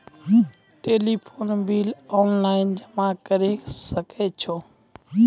Telephone bill online जमा करै सकै छौ?